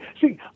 See